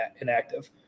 inactive